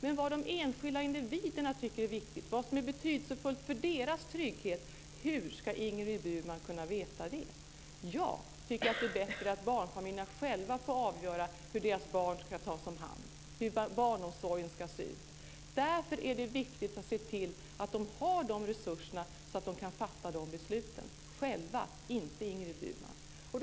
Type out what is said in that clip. Men vad de enskilda individerna tycker är viktigt, vad som är betydelsefullt för deras trygghet: Hur ska Ingrid Burman kunna veta det? Jag tycker att det är bättre att barnfamiljerna själva får avgöra hur deras barn ska tas om hand och hur barnomsorgen ska se ut. Därför är det viktigt att se till att de har de resurserna så att de kan fatta dessa beslut - själva, inte Ingrid Burman.